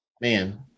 man